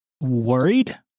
worried